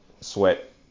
sweat